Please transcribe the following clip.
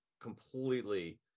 completely